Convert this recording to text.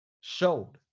showed